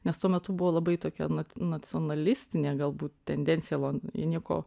nes tuo metu buvo labai tokia nacionalistinė galbūt tendencija londone jie nieko